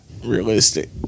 realistic